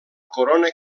corona